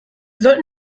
sollten